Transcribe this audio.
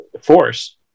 force